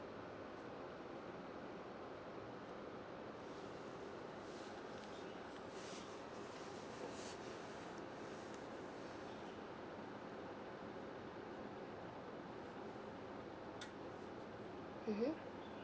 mmhmm